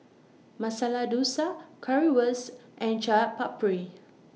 Masala Dosa Currywurst and Chaat Papri